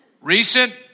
recent